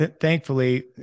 thankfully